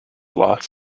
loss